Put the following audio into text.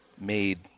made